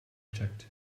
checked